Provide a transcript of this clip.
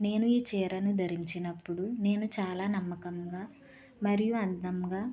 నేను ఈ చీరను ధరించినప్పుడు నేను చాలా నమ్మకంగా మరియు అందంగా